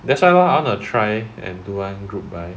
that's why lah I wanna try and do one group buy